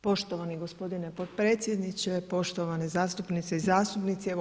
Poštovani gospodine potpredsjedniče, poštovani zastupnici i zastupnice.